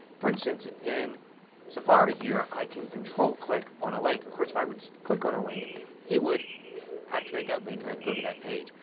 for instance, in safari here i can control click on a link. of course if i would just click on the link it would activate that link and i could go to that page.